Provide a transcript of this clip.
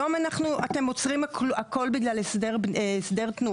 היום אתם עוצרים הכל בגלל הסדר תנועה?